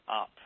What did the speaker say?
up